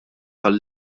tal